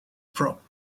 prop